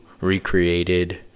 recreated